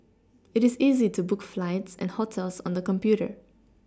it is easy to book flights and hotels on the computer